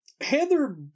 Heather